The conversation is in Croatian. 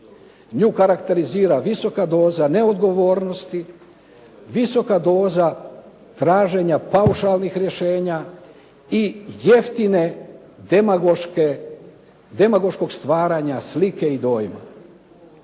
Nju karakterizira visoka doze neodgovornosti, visoka doza traženja paušalnih rješenja i jeftinog demagoškog stvaranja slike i dojma.